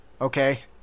Okay